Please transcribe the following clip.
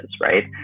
right